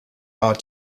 are